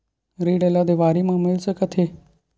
ऋण ला देवारी मा मिल सकत हे